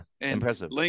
Impressive